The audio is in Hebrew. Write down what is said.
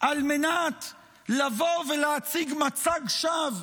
על מנת לבוא ולהציג מצג שווא?